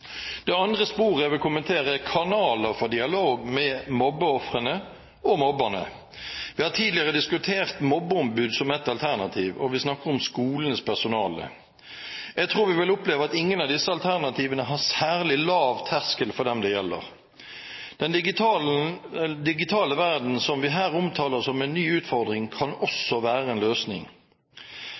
Det andre sporet jeg vil kommentere, er kanaler for dialog med mobbeofrene og mobberne. Vi har tidligere diskutert mobbeombud som et alternativ, og vi snakker om skolenes personale. Jeg tror vi vil oppleve at ingen av disse alternativene har særlig lav terskel for dem det gjelder. Den digitale verdenen som vi her omtaler som en ny utfordring, kan også være en løsning.